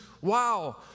wow